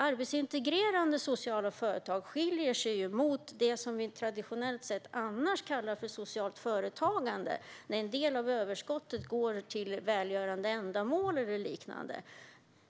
Arbetsintegrerande sociala företag skiljer sig från det som vi traditionellt sett annars kallar för socialt företagande då en del av överskottet går till välgörande ändamål eller liknande.